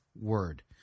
word